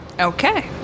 Okay